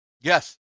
Yes